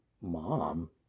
mom